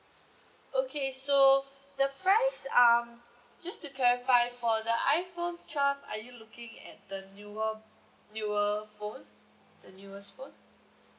okay so the price um just to clarify for the iphone twelve are you looking at the newer newer phone the newest phone